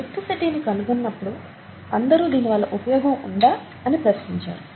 electricity ని కనుగొన్నప్పుడు అందరూ దీని వల్ల ఉపయోగం ఉందా అని ప్రశ్నించారు